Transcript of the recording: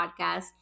Podcast